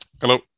Hello